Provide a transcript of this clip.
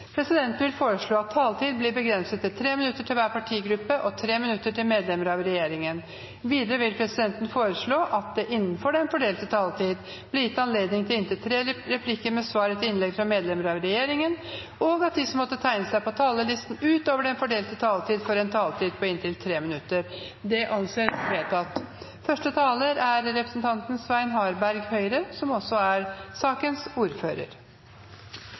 Presidenten vil foreslå at taletiden blir begrenset til 3 minutter til hver partigruppe og 3 minutter til medlemmer av regjeringen. Videre vil presidenten foreslå at det innenfor den fordelte taletid blir gitt anledning til inntil tre replikker med svar etter innlegg fra medlemmer av regjeringen, og at de som måtte tegne seg på talerlisten utover den fordelte taletid, får en taletid på inntil 3 minutter. – Det anses vedtatt. Jeg er veldig glad for at det som